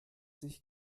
sich